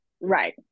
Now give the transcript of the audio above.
right